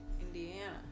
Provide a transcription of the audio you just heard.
Indiana